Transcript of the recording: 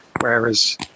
Whereas